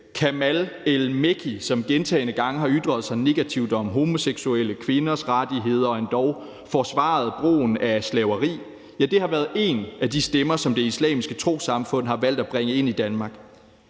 Kamal el-Mekki, som gentagne gange har ytret sig negativt om homoseksuelle og kvinders rettigheder og endog forsvaret brugen af slaveri, har været en af de stemmer, som Det Islamiske Trossamfund har valgt at bringe ind i Danmark.